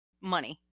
money